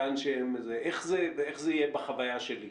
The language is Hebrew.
איך זה יהיה בחוויה שלי?